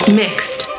mixed